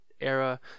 era